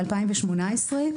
ב-2018,